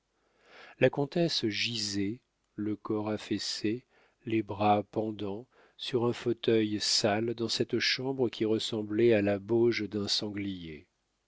la comtesse gisait le corps affaissé les bras pendants sur un fauteuil sale dans cette chambre qui ressemblait à la bauge d'un sanglier